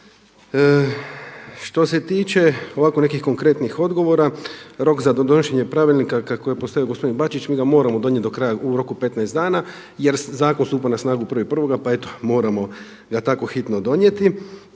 Što se tiče ovako nekih konkretnih odgovora, rok za donošenje pravilnika kako je postavio gospodin Bačić, mi ga moramo donijeti u roku 15 dana jer stupa na snagu 1.1. pa eto moramo ga tako hitno donijeti.